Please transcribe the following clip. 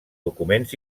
documents